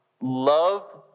love